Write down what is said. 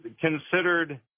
considered